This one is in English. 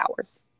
hours